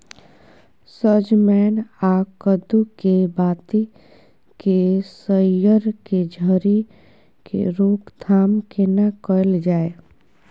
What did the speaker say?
सजमैन आ कद्दू के बाती के सईर के झरि के रोकथाम केना कैल जाय?